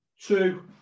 two